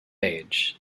age